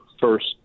first